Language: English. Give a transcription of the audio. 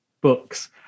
books